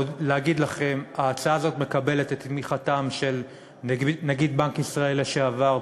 להגיד לכם: ההצעה הזאת מקבלת את תמיכתם של נגיד בנק ישראל לשעבר,